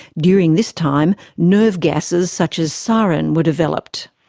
during this time, nerve gases such as sarin were developed.